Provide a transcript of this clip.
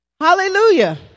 Hallelujah